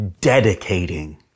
dedicating